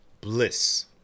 bliss